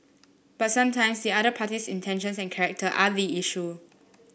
but sometimes the other party's intentions and character are the issue